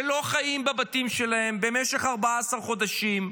שלא חיים בבתים שלהם במשך 14 חודשים.